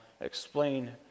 explain